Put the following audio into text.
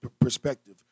perspective